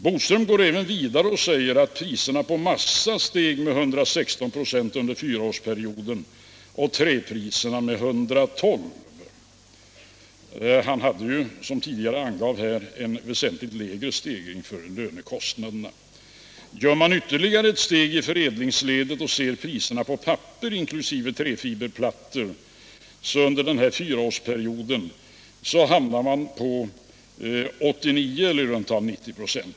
Bodström går även vidare och säger att priserna på massa steg med 116 ?6 under fyraårsperioden och träpriserna med 112 26. — Han angav, som jag tidigare sade, en väsentligt lägre stegring för lönekostnaderna. — Gör man ytterligare ett steg i förädlingsledet och ser på priserna på papper inkl. träfiberplattor under den här fyra årsperioden hamnar man på i runt tal 90 26.